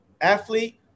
athlete